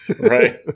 Right